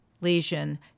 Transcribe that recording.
lesion